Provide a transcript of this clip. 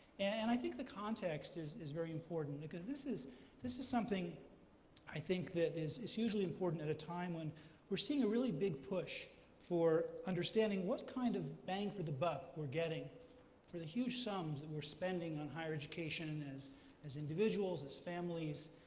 and i think the context is is very important, because this is this is something i think that is is hugely important at a time when we're seeing a really big push for understanding what kind of bang for the buck we're getting for the huge sums that we're spending on higher education as as individuals, as families,